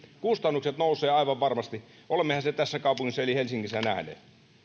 kustannukset nousevat aivan varmasti olemmehan sen tässä kaupungissa eli helsingissä nähneet